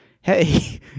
Hey